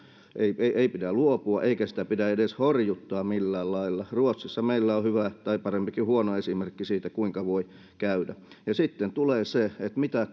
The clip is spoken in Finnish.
ei ei pidä luopua eikä sitä pidä edes horjuttaa millään lailla ruotsissa meillä on hyvä tai paremminkin huono esimerkki siitä kuinka voi käydä ja sitten tulee se mitä